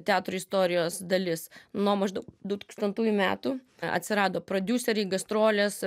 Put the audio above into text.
teatro istorijos dalis nuo maždaug du tūkstantųjų metų atsirado prodiuseriai gastrolės